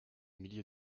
milliers